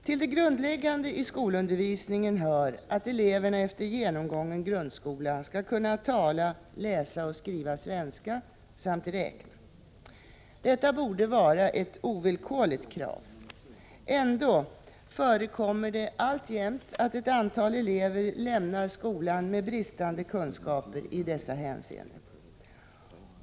Till det grundläggande i skolundervisningen hör att eleverna efter genomgången grundskola skall kunna tala, läsa och skriva svenska samt räkna. Detta borde vara ett ovillkorligt krav. Ändå förekommer det alltjämt att ett antal elever lämnar skolan med bristande kunskaper i dessa hänseenden.